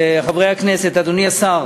חברי הכנסת, אדוני השר,